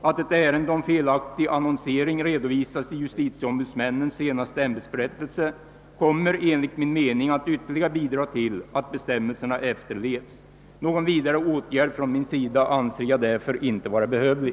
Att ett ärende om felaktig annonsering redovisas i justitieombudsmännens senaste ämbetsberättelse kommer enligt min mening att ytterligare bidra till att bestämmelserna efterlevs. Någon vidare åtgärd från min sida anser jag därför inte vara behövlig.